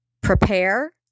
Prepare